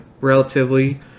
relatively